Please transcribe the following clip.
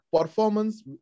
performance